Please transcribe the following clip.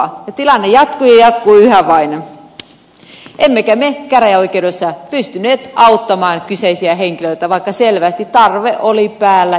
tilanne jatkui ja jatkui yhä vain emmekä me käräjäoikeudessa pystyneet auttamaan kyseisiä henkilöitä vaikka selvästi tarve oli päällä